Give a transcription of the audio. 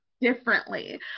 differently